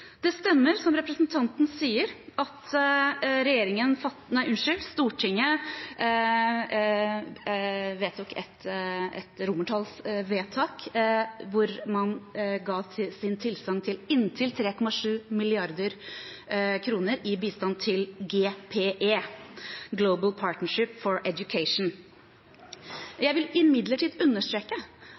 Det stemmer, som representanten sier, at Stortinget fattet et romertallsvedtak hvor man ga tilsagn til inntil 3,7 mrd. kr i bistand til GPE – Global Partnership for Education. Jeg vil imidlertid understreke